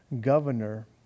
governor